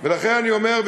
ולכן אני אומר,